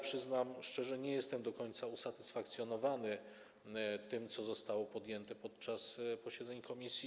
Przyznam szczerze, że nie jestem do końca usatysfakcjonowany tym, co zostało podjęte podczas posiedzeń komisji.